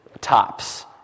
tops